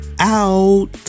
out